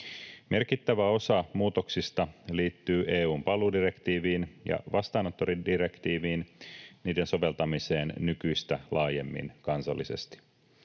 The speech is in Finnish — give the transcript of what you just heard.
Merkittävä osa muutoksista liittyy EU:n paluudirektiiviin ja vastaanottodirektiiviin, niiden soveltamiseen nykyistä laajemmin kansallisesti.